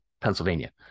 Pennsylvania